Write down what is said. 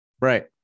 right